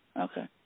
Okay